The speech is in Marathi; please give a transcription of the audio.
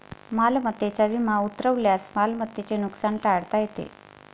मालमत्तेचा विमा उतरवल्यास मालमत्तेचे नुकसान टाळता येते